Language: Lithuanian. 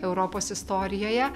europos istorijoje